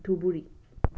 Dhubri